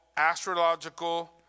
astrological